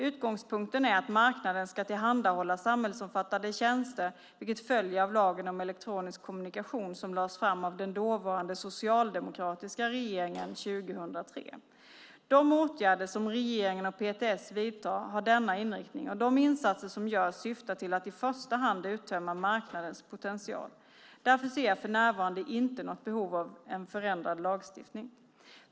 Utgångspunkten är att marknaden ska tillhandahålla samhällsomfattande tjänster, vilket följer av lagen om elektronisk kommunikation som lades fram av den dåvarande socialdemokratiska regeringen 2003. De åtgärder som regeringen och PTS vidtar har denna inriktning, och de insatser som görs syftar till att i första hand uttömma marknadens potential. Därför ser jag för närvarande inte något behov av en förändrad lagstiftning.